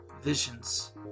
Visions